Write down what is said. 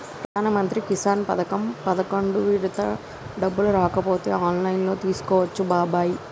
ప్రధానమంత్రి కిసాన్ పథకం పదకొండు విడత డబ్బులు రాకపోతే ఆన్లైన్లో తెలుసుకోవచ్చు బాబాయి